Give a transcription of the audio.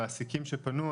מעסיקים שפנו,